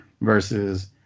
versus